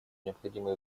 необходимо